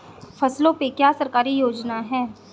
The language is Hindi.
फसलों पे क्या सरकारी योजना है?